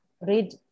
read